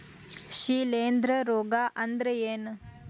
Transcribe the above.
ಶಿಲೇಂಧ್ರ ರೋಗಾ ಅಂದ್ರ ಏನ್?